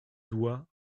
doigt